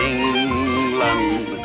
England